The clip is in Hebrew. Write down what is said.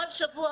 כל שבוע,